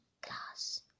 glass